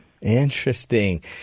Interesting